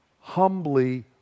humbly